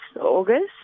August